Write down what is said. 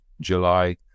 July